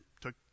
took